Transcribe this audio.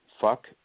fuck